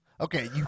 Okay